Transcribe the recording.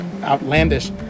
outlandish